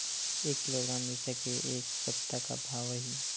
एक किलोग्राम मिरचा के ए सप्ता का भाव रहि?